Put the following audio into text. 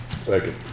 second